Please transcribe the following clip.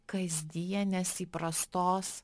kasdienės įprastos